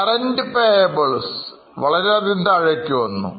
Current payables വളരെയധികം താഴേയ്ക്കു വന്നു